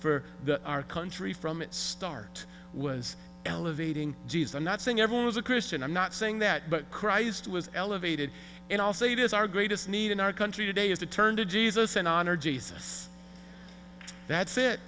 for our country from its start was elevating geez i'm not saying everyone is a christian i'm not saying that but christ was elevated and also it is our greatest need in our country today is to turn to jesus and honor jesus that's it